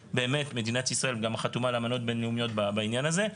ומדינת ישראל גם חתומה על אמנות בין-לאומיות בעניין הזה,